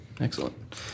Excellent